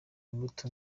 imbuto